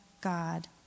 God